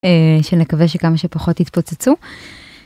שנקווה שכמה שפחות יתפוצצו.